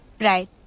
Right